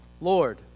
Lord